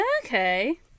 Okay